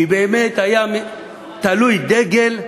כי באמת היה תלוי דגל,